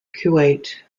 kuwait